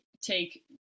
take